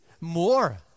more